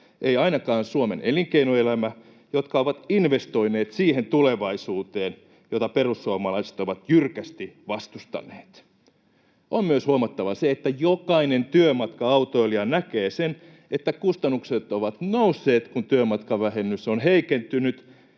ei ainakaan Suomen elinkeinoelämä, joka on investoinut siihen tulevaisuuteen, jota perussuomalaiset ovat jyrkästi vastustaneet. On myös huomattava se, että jokainen työmatka-autoilija näkee sen, että kustannukset ovat nousseet, kun työmatkavähennys on heikentynyt.